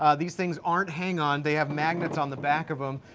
ah these things aren't hang-on, they have magnets on the back of em.